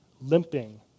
limping